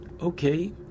Okay